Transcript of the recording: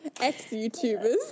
Ex-Youtubers